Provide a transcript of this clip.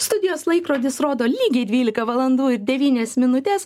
studijos laikrodis rodo lygiai dvylika valandų ir devynias minutes